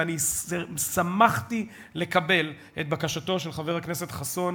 ואני שמחתי לקבל את בקשתו של חבר הכנסת חסון